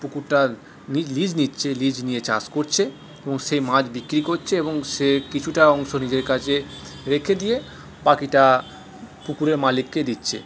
পুকুরটা নিজ লিজ নিচ্ছে লিজ নিয়ে চাষ করছে এবং সেই মাচ বিক্রি করছে এবং সে কিছুটা অংশ নিজের কাছে রেখে দিয়ে বাকিটা পুকুরের মালিককে দিচ্ছে